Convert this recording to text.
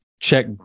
check